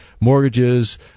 mortgages